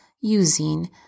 using